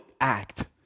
act